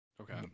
Okay